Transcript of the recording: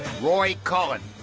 roy cullen,